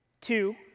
Two